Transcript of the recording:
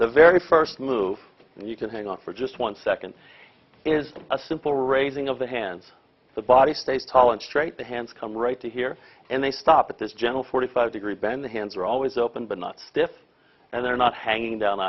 the very first move you can hang on for just one second is a simple raising of the hands the body stays tall and straight the hands come right to here and they stop at this gentle forty five degree bend the hands are always open but not stiff and they're not hanging down